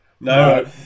No